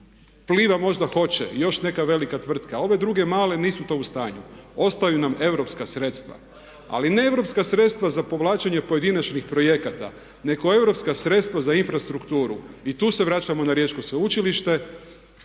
Pliva možda hoće i još neka velika tvrtka a ove druge male nisu to u stanju. Ostaju nam europska sredstva. Ali ne europska sredstva za povlačenje pojedinačnih projekata nego europska sredstva za infrastrukturu. I tu se vraćamo na Riječko sveučilište.